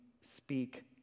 speak